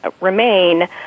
remain